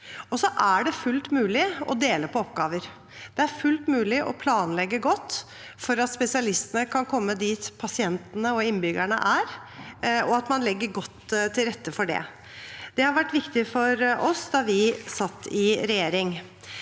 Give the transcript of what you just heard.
er det fullt mulig å dele på oppgaver. Det er fullt mulig å planlegge godt for at spesialistene kan komme dit pasientene og innbyggerne er, og at man legger godt til rette for det. Det var viktig for oss da vi satt i regjering.